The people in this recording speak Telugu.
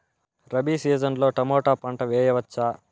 రబి సీజన్ లో టమోటా పంట వేయవచ్చా?